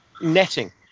netting